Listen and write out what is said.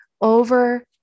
over